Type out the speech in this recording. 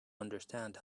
understand